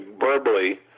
verbally